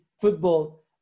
football